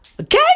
Okay